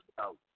out